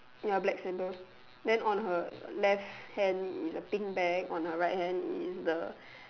ya black sandals then on her left hand is a pink bag on her right hand is the